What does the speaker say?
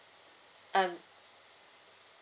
um